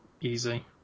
easy